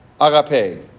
Agape